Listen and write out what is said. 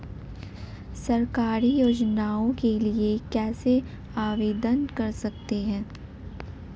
सरकारी योजनाओं के लिए कैसे आवेदन कर सकते हैं?